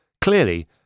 clearly